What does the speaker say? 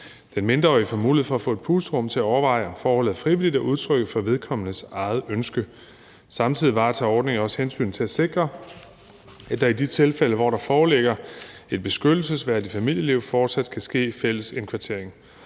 Den mindreårige får mulighed for at få et pusterum til at overveje, om forholdet er frivilligt og udtryk for vedkommendes eget ønske. Samtidig varetager ordningen også hensynet til at sikre, at der i de tilfælde, hvor der foreligger et beskyttelsesværdigt familieliv, fortsat kan ske fælles indkvartering.